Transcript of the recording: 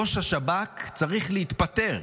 ראש השב"כ צריך להתפטר.